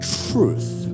truth